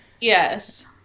Yes